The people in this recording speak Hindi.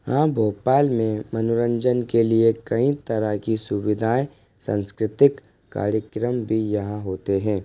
हाँ भोपाल में मनोरंजन के लिए कई तरह की सुविधाएँ संस्कृतिक कार्यक्रम भी यहाँ होते है